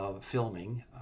filming